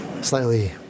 slightly